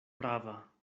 prava